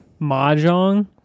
Mahjong